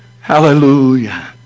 hallelujah